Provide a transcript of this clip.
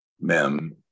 Mem